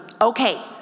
Okay